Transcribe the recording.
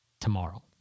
tomorrow